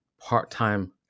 part-time